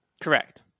Correct